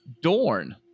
Dorn